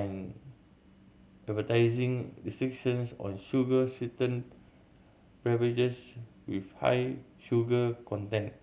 and advertising restrictions on sugar sweetened beverages with high sugar content